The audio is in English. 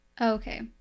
Okay